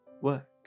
work